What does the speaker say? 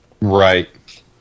Right